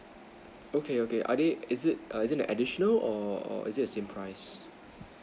okay okay are they is it is it an additional or or is it in the same price